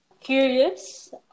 curious